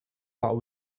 that